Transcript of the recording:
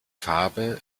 farbe